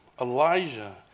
Elijah